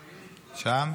שם?